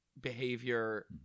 behavior